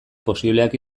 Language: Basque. posibleak